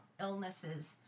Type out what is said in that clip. illnesses